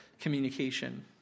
communication